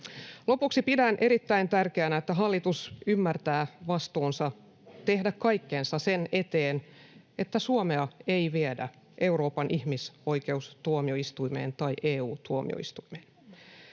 Lopuksi: Pidän erittäin tärkeänä, että hallitus ymmärtää vastuunsa tehdä kaikkensa sen eteen, että Suomea ei viedä Euroopan ihmisoikeustuomioistuimeen tai EU-tuomioistuimeen.